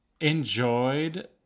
enjoyed